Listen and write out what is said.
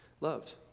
Loved